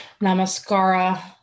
Namaskara